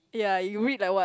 yea you read like what